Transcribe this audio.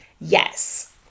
Yes